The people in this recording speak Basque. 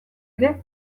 ere